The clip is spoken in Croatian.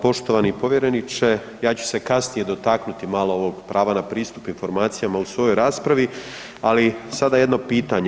Poštovani povjereniče, ja ću se kasnije dotaknuti malo ovog prava na pristup informacijama u svojoj raspravi, ali sada jedno pitanju.